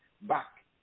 back